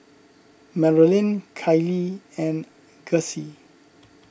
Marilyn Kyleigh and Gussie